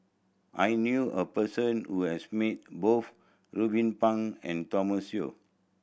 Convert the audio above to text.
I knew a person who has meet both Ruben Pang and Thomas Yeo